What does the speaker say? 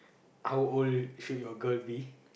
how old should your girl be